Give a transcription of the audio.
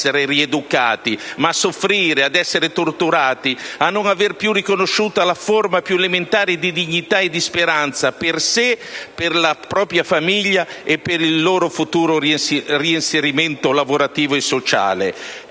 lì per essere rieducati, ma a soffrire, a essere torturati, senza che venga loro riconosciuta la forma più elementare di dignità e di speranza per loro stessi, per la loro famiglia e per il loro futuro reinserimento lavorativo e sociale.